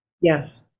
Yes